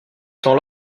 temps